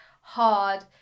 hard